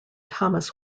thomas